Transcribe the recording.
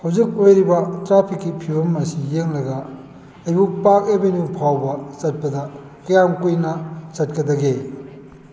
ꯍꯧꯖꯤꯛ ꯑꯣꯏꯔꯤꯕ ꯇ꯭ꯔꯥꯐꯤꯛꯀꯤ ꯐꯤꯕꯝ ꯑꯁꯤ ꯌꯦꯡꯂꯒ ꯑꯩꯕꯨ ꯄꯥꯔꯛ ꯑꯦꯕꯦꯅ꯭ꯌꯨ ꯐꯥꯎꯕ ꯆꯠꯄꯗ ꯀ꯭ꯌꯥꯝ ꯀꯨꯏꯅ ꯆꯠꯀꯗꯒꯦ